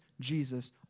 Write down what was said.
Jesus